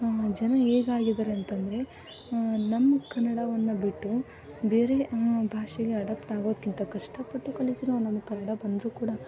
ಜನ ಹೇಗಾಗಿದರೆ ಅಂತಂದರೆ ನಮ್ಮ ಕನ್ನಡವನ್ನು ಬಿಟ್ಟು ಬೇರೆ ಭಾಷೆಗೆ ಅಡಪ್ಟ್ ಆಗೋದಕ್ಕಿಂತ ಕಷ್ಟಪಟ್ಟು ಕಲಿತಿರೋ ನಮ್ಗೆ ಕನ್ನಡ ಬಂದ್ರೂ ಕೂಡ